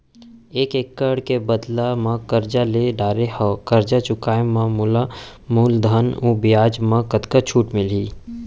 एक एक्कड़ के बदला म करजा ले डारे हव, करजा चुकाए म मोला मूलधन अऊ बियाज म कतका छूट मिलही?